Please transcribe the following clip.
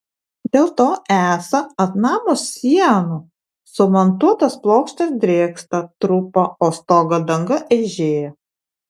dėl to esą ant namo sienų sumontuotos plokštės drėksta trupa o stogo danga eižėja